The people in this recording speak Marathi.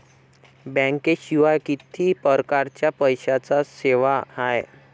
बँकेशिवाय किती परकारच्या पैशांच्या सेवा हाय?